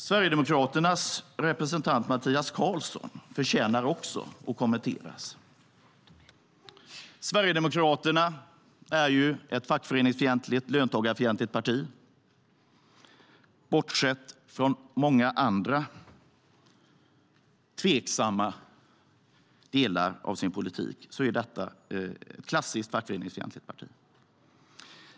Sverigedemokraternas representant Mattias Karlsson förtjänar också att kommenteras. Sverigedemokraterna är ju ett fackföreningsfientligt, löntagarfientligt parti. Bortsett från många andra tveksamma delar av deras politik är detta ett klassiskt fackföreningsfientligt parti.